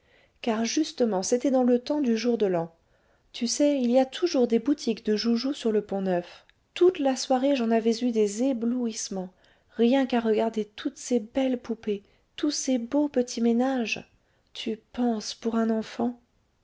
car justement c'était dans le temps du jour de l'an tu sais il y a toujours des boutiques de joujoux sur le pont-neuf toute la soirée j'en avais eu des éblouissements rien qu'à regarder toutes ces belles poupées tous ces beaux petits ménages tu penses pour un enfant